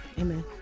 Amen